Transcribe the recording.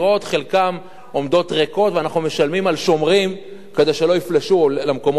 חלקן עומדות ריקות ואנחנו משלמים על שומרים כדי שלא יפלשו למקומות האלה,